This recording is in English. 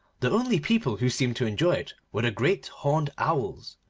the only people who seemed to enjoy it were the great horned owls.